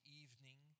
evening